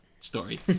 story